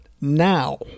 Now